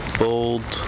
bold